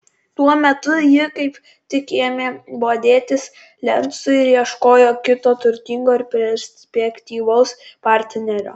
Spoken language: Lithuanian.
tuo metu ji kaip tik ėmė bodėtis lencu ir ieškojo kito turtingo ir perspektyvaus partnerio